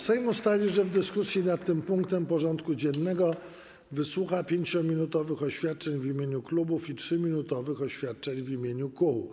Sejm ustalił, że w dyskusji nad tym punktem porządku dziennego wysłucha 5-minutowych oświadczeń w imieniu klubów i 3-minutowych oświadczeń w imieniu kół.